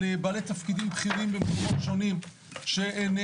בעלי תפקידים בכירים שונים שנאשמים.